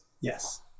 yes